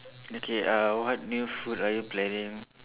okay uh what new food are you planning